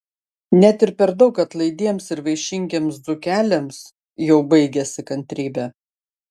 net ir per daug atlaidiems ir vaišingiems dzūkeliams jau baigiasi kantrybė